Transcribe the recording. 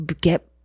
get